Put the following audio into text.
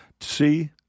see